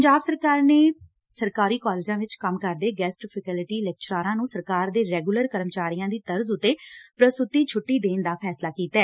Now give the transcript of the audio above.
ਪੰਜਾਬ ਸਰਕਾਰ ਨੇ ਸਰਕਾਰੀ ਕਾਲਜਾਂ ਚ ਕੰਮ ਕਰਦੇ ਗੈਸਟ ਫੈਕਲਟੀ ਲੈਕਚਰਾਰਾਂ ਨੁੰ ਸਰਕਾਰ ਦੇ ਰੈਗੁਲਰ ਕਰਮਚਾਰੀਆਂ ਦੀ ਤਰਜ਼ ਉਤੇ ਪ੍ਰਸੁਤੀ ਛੁੱਟੀ ਦੇਣ ਦਾ ਫੈਸਲਾ ਕੀਤਾ ਐ